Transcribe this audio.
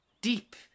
deep